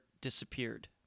disappeared